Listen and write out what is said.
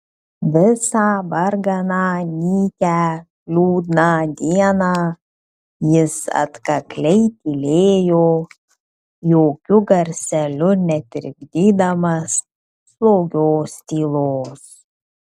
visą varganą nykią liūdną dieną jis atkakliai tylėjo jokiu garseliu netrikdydamas slogios tylos